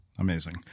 Amazing